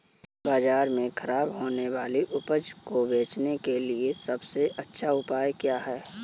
बाजार में खराब होने वाली उपज को बेचने के लिए सबसे अच्छा उपाय क्या है?